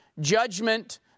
judgment